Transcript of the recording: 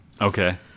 Okay